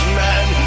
men